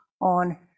on